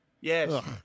Yes